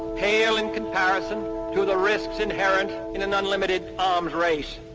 pale in comparison to the risks inherent in an unlimited arms race.